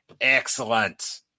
Excellent